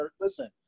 Listen